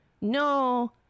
No